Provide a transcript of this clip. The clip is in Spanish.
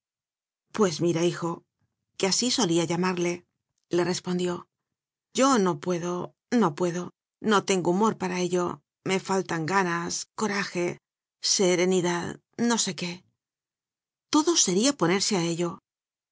pues mira hijo que así solía llamarle le respondióyo no puedo no puedo no tengo humor para ello me faltan ganas coraje serenidad no sé qué todo sería ponerse a ello